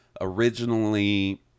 originally